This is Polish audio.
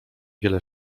wiele